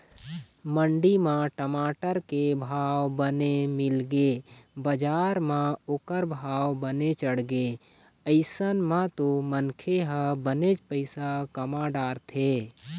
मंडी म टमाटर के भाव बने मिलगे बजार म ओखर भाव बने चढ़गे अइसन म तो मनखे ह बनेच पइसा कमा डरथे